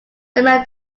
similar